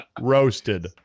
roasted